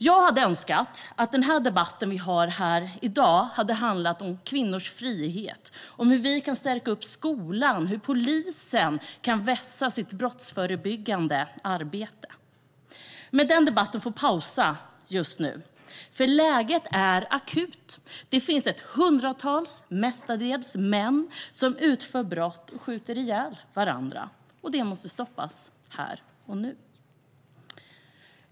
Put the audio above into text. Jag hade önskat att debatten vi har här i dag skulle ha handlat om kvinnors frihet, om hur vi kan stärka skolan och om hur polisen kan vässa sitt brottsförebyggande arbete. Men den debatten får pausa just nu, för läget är akut. Det finns ett hundratal människor, mestadels män, som utför brott och skjuter ihjäl varandra, och det måste stoppas här och nu.